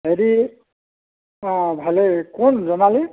হেৰি অ' ভালেই কোন জোনালী